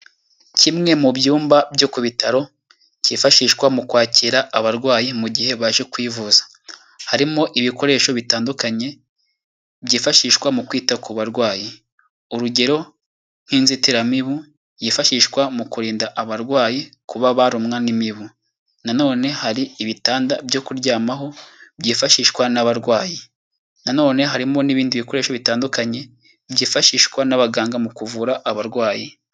Kimwe mu byumba byo ku bitaro kifashishwa mu kwakira abarwayi mu gihe baje kwivuza. Harimo ibikoresho bitandukanye byifashishwa mu kwita ku barwayi. Urugero nk'inzitiramibu yifashishwa mu kurinda abarwayi kuba barumwa n'imibu. Nanone hari ibitanda byo kuryamaho byifashishwa n'abarwayi. Nanone harimo n'ibindi bikoresho bitandukanye byifashishwa n'abaganga mu kuvura abarwayi.